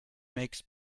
makes